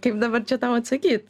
kaip dabar čia tau atsakyt